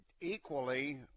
equally